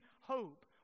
hope